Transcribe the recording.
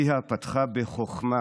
פיה פתחה בחכמה